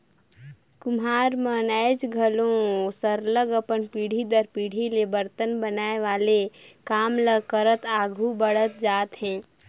कुम्हार मन आएज घलो सरलग अपन पीढ़ी दर पीढ़ी माटी ले बरतन बनाए वाले काम ल करत आघु बढ़त जात हें